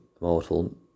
mortal